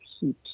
heat